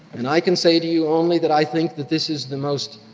and i can say to you only that i think that this is the most